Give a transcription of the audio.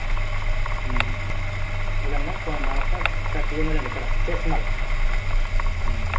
मोजांना खर माबाफ्रा गासैबो मोजांजोबखा दा फ्रेस माल